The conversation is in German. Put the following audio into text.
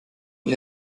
wie